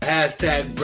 Hashtag